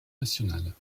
nationale